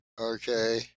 Okay